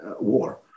war